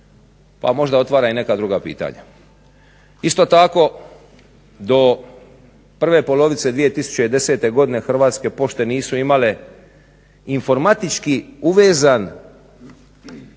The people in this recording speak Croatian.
pa možda otvara i neka druga pitanja. Isto tako, do prve polovice 2010. godine Hrvatske pošte nisu imale informatički uvezan